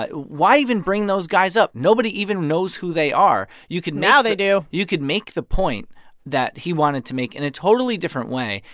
ah why even bring those guys up? nobody even knows who they are. you can. now they do you can make the point that he wanted to make in a totally different way.